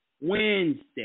Wednesday